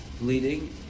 bleeding